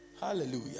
hallelujah